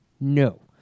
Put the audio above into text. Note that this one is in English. No